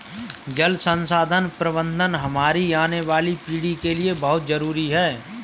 जल संसाधन प्रबंधन हमारी आने वाली पीढ़ी के लिए बहुत जरूरी है